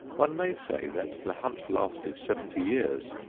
one may say that the hunt lasted seventy years,